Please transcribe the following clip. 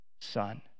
son